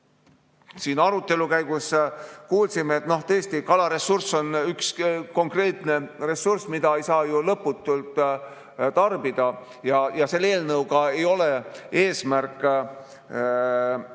siin arutelu käigus me kuulsime, et tõesti, kalaressurss on üks konkreetne ressurss, mida ei saa ju lõputult tarbida, ja selle eelnõu eesmärk ei